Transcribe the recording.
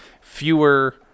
fewer